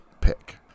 pick